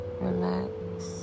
relax